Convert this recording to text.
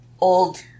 old